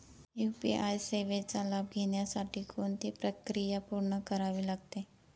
UPI सेवेचा लाभ घेण्यासाठी कोणती प्रक्रिया पूर्ण करावी लागते?